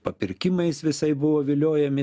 papirkimais visaip buvo viliojami